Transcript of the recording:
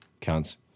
Counts